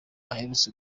aherutse